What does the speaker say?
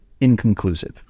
inconclusive